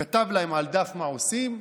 כתב להם על דף מה עושים.